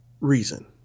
reason